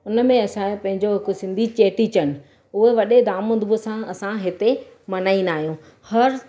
हुनमें असांजो पंहिंजो हिकु सिंधी चेटीचंड हूअ वॾे धाम धूम सां असां हिते मल्हाईंदा आहियूं हर